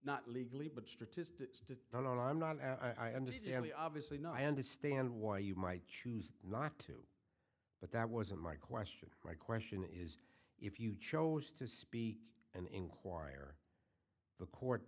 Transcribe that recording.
not legally but stripped down i'm not i understand the obviously no i understand why you might choose not to but that wasn't my question my question is if you chose to speak and inquire the court